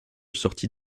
sortie